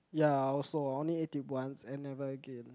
ya I also I only ate it once and never again